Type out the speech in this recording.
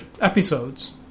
episodes